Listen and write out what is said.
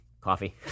Coffee